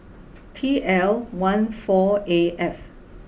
T L one four A F